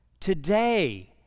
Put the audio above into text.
Today